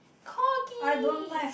corgi